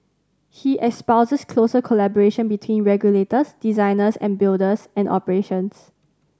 he espouses closer collaboration between regulators designers and builders and operators